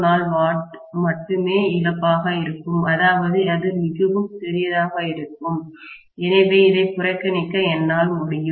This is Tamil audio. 04 வாட் மட்டுமே இழப்பாக இருக்கும் அதாவது இது மிகவும் சிறியதாக இருக்கும் எனவே அதை புறக்கணிக்க என்னால் முடியும்